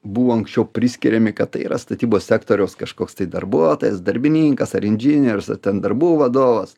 buvo anksčiau priskiriami kad tai yra statybos sektoriaus kažkoks tai darbuotojas darbininkas ar inžinierius ar ten darbų vadovas